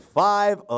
five